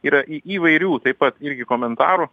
yra įvairių taip pat irgi komentarų